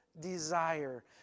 desire